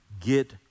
Get